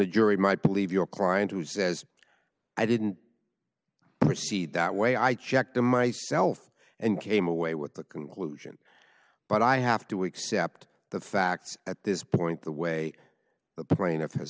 jury might believe your client who says i didn't proceed that way i check to myself and came away with the conclusion but i have to accept the facts at this point the way the plaintiff has